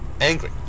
angry